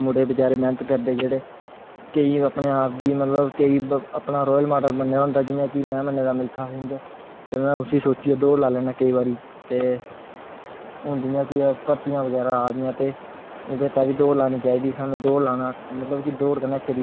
इन्ना अच्चा लगदा हा प्रोतसाह्न दिंदी ही मैड़म ते बधदा गेआ शौंक बी बददा गेआ फिर कोई बी तसबीर दिखदी ही में ते उस तसवीर गी दिक्खियै मेरा मन करदा हा कि में कागज़े पर बनां चित्तर बनां एह्दा ते में बनाई बी ओड़दी ही फिर अग्गैं बल्ले बल्लें पढ़ाई च होर अपना